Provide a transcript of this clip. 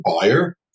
buyer